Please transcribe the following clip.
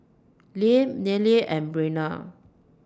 Lyle Nealie and Brenna